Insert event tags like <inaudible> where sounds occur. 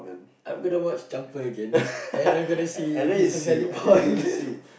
I'm going to watch jumper again and I'm going to see if he's a valid power <laughs>